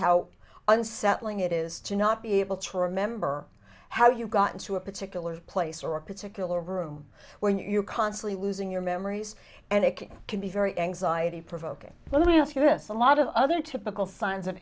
how unsettling it is to not be able to remember how you got into a particular place or a particular room where you're constantly losing your memories and it can be very anxiety provoking let me ask you this a lot of other typical signs